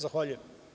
Zahvaljujem.